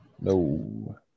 No